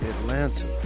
Atlanta